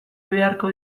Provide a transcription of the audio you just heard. beharko